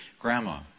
Grandma